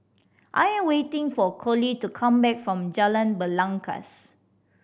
I am waiting for Colie to come back from Jalan Belangkas